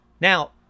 Now